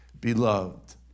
beloved